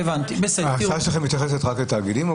ההצעה שלכם מתייחסת רק לתאגידים?